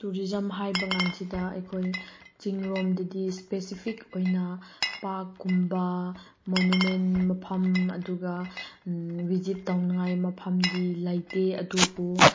tourism ꯍꯥꯏꯕ consider ꯑꯩꯈꯣꯏ ꯆꯤꯡ ꯔꯣꯝꯗꯗꯤ ꯏꯁꯄꯦꯁꯤꯐꯤꯛ ꯑꯣꯏꯅ ꯄꯥꯛ ꯀꯨꯝꯕ ꯃꯣꯅꯨꯃꯦꯟ ꯃꯐꯝ ꯑꯗꯨꯒ ꯕꯤꯖꯤꯠ ꯇꯧꯅꯤꯡꯉꯥꯏ ꯃꯐꯝꯗꯤ ꯂꯩꯇꯦ ꯑꯗꯨꯕꯨ